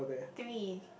three